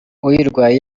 uyirwaye